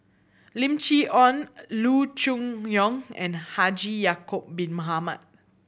Lim Chee Onn Loo Choon Yong and Haji Ya'acob Bin Mohamed